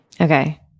Okay